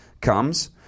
comes